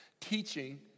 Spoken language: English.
Teaching